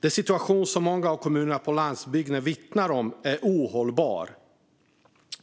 Den situation som många kommuner på landsbygden vittnar om är ohållbar.